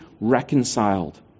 reconciled